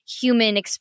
human